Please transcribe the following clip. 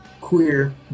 queer